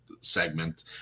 segment